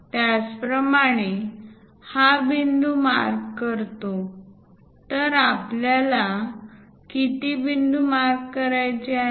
त्याचप्रमाणे हा बिंदू मार्क करतो तर आपल्याला किती बिंदू मार्क करायचे आहेत